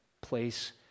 place